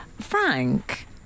Frank